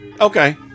Okay